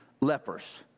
lepers